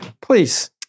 Please